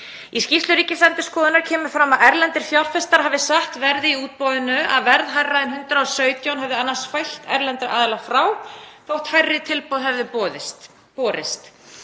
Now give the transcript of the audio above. Í skýrslu Ríkisendurskoðunar kemur fram að erlendir fjárfestar hafi sett verð í útboðinu, að verð hærra en 117 kr. hefði annars fælt erlendra aðila frá þótt hærri tilboð hefðu borist.